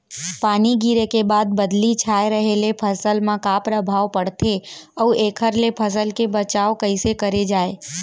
पानी गिरे के बाद बदली छाये रहे ले फसल मा का प्रभाव पड़थे अऊ एखर ले फसल के बचाव कइसे करे जाये?